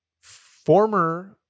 Former